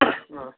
ꯑꯥ